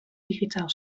digitaal